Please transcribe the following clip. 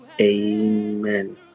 Amen